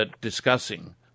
discussing